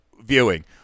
viewing